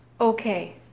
Okay